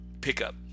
pickup